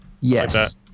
Yes